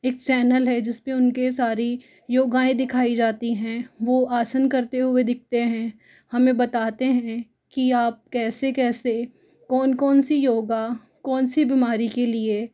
एक चैनल है जिस पर उनकी सारी योगाएँ दिखाई जाती हैं वो आसन करते हुए दिखते हैं हमें बताते हैं कि आप कैसे कैसे कौन कौन सी योगा कौन सी बीमारी के लिए